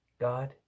God